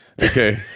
Okay